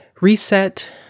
reset